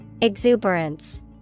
Exuberance